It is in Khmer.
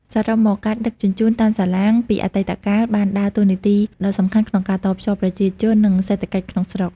សរុបមក ការដឹកជញ្ជូនតាមសាឡាងពីអតីតកាលបានដើរតួនាទីដ៏សំខាន់ក្នុងការតភ្ជាប់ប្រជាជននិងសេដ្ឋកិច្ចក្នុងស្រុក។